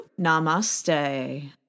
Namaste